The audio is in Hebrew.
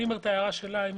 זאת ההערה שלה.